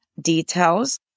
details